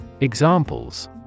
Examples